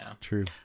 True